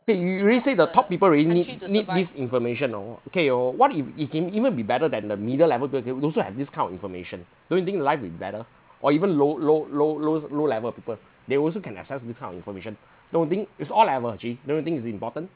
K you you already said the top people already need need this information oh okay or what if it can even be better than the middle level they also have this kind of information don't you think life will be better or even low low low low low level people they also can access to this kind of information don't you think it's all level actually don't you think it's important